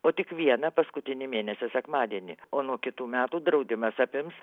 o tik vieną paskutinį mėnesio sekmadienį o nuo kitų metų draudimas apims